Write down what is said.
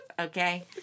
Okay